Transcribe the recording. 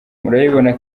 murabibona